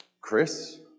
Chris